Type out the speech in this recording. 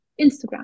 Instagram